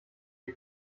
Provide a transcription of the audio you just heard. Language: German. sie